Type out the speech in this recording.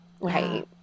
right